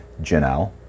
Janelle